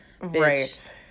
right